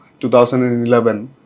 2011